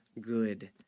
good